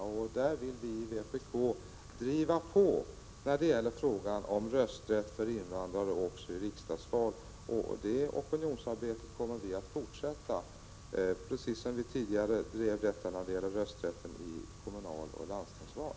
Vi i vpk vill driva på frågan om rösträtt för invandrare också i riksdagsval, och det opinionsarbetet kommer vi att fortsätta precis som vi tidigare drev frågan om rösträtten i kommunaloch landstingsval.